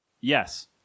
Yes